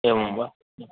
एवं वा